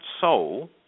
soul